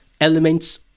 elements